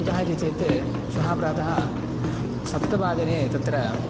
कुतः इति चेत् श्वः प्रातः सप्तवादने तत्र